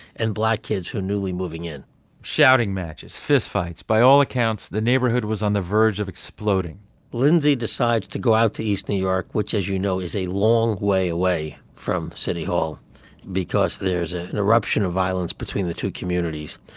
and black kids who are newly moving in shouting matches. fistfights. by all accounts, the neighborhood was on the verge of exploding lindsay decides to go out to east new york, which, as you know, is a long way away from city hall because there's ah an eruption of violence between the two communities.